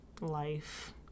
life